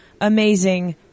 amazing